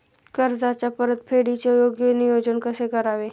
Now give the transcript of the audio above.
कर्जाच्या परतफेडीचे योग्य नियोजन कसे करावे?